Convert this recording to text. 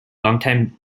longtime